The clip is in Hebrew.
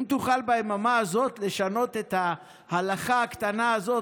אם תוכל ביממה הזאת לשנות את ההלכה הקטנה הזאת,